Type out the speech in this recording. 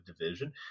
division